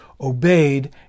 obeyed